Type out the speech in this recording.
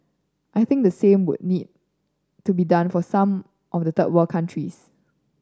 I think the same would need to be done for some of the third world countries